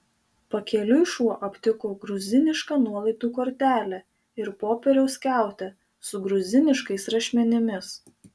pakeliui šuo aptiko gruzinišką nuolaidų kortelę ir popieriaus skiautę su gruziniškais rašmenimis